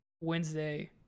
Wednesday